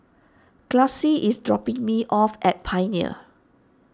Classie is dropping me off at Pioneer